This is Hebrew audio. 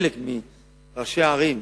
חלק מראשי הערים,